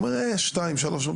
הוא אמר: שניים שלושה.